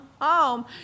home